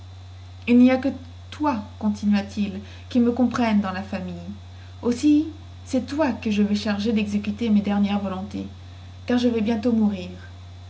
il ny a que toi continua-t-il qui me comprenne dans la famille aussi cest toi que je vais charger dexécuter mes dernières volontés car je vais bientôt mourir